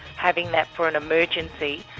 having that for an emergency,